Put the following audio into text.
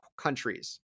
countries